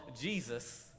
Jesus